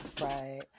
Right